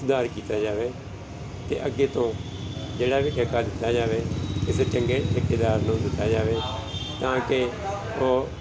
ਸੁਧਾਰ ਕੀਤਾ ਜਾਵੇ ਅਤੇ ਅੱਗੇ ਤੋਂ ਜਿਹੜਾ ਵੀ ਠੇਕਾ ਦਿੱਤਾ ਜਾਵੇ ਕਿਸੇ ਚੰਗੇ ਠੇਕੇਦਾਰ ਨੂੰ ਦਿੱਤਾ ਜਾਵੇ ਤਾਂ ਕਿ ਉਹ